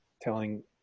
telling